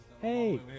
Hey